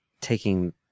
taking